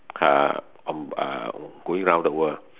uh on uh going around the world